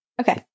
Okay